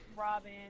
Robin